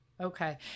Okay